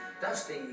Dusty